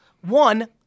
one